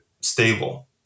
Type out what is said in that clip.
stable